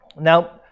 Now